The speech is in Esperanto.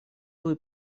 tuj